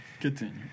Continue